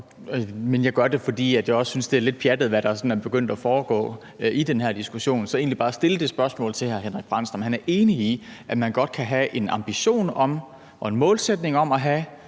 jeg gør det, fordi jeg også synes, det er lidt pjattet, hvad der sådan er begyndt at foregå i den her diskussion. Så jeg vil egentlig bare stille det spørgsmål til hr. Henrik Frandsen, om han er enig i, at man godt kan have en ambition om og en målsætning om at have